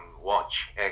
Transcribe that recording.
watch